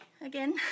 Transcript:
again